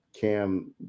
Cam